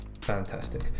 fantastic